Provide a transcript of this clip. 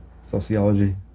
Sociology